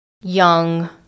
young